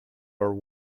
are